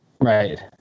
Right